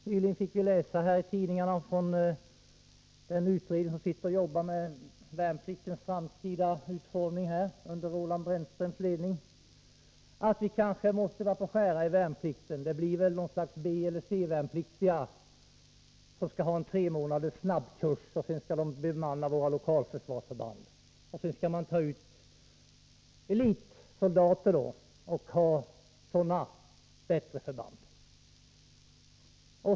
Nyligen fick vi läsa i tidningarna att den utredning som under Roland Brännströms ledning jobbar med värnpliktens framtida utformning säger att vi kanske måste börja skära i värnplikten. Det blir väl något slags B eller C-lag av värnpliktiga, som skall ha en tremånaders snabbkurs och sedan bemanna våra lokalförsvarsförband, och elitsoldater som sätts i bättre förband.